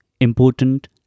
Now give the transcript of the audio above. important